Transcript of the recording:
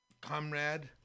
comrade